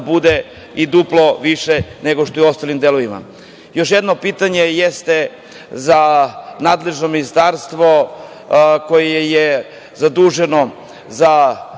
bude i duplo više nego što je u ostalim delovima. Još jedno pitanje jeste za nadležno Ministarstvo koje je zaduženo za